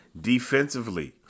defensively